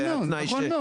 נכון,